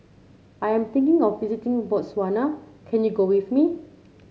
I am thinking of visiting Botswana can you go with me